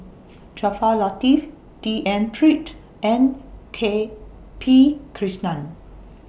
Jaafar Latiff D N Pritt and K P Krishnan